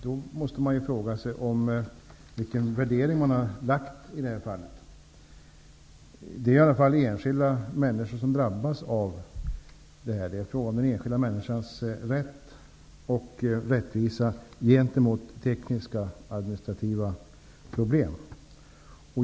Då måste man fråga sig vilken värdering regeringen har gjort i det här fallet. Det är i alla fall enskilda människor som drabbas. Det är fråga om den enskilda människans rätt och rättvisa gentemot tekniska, administrativa problem.